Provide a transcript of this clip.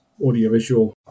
Audiovisual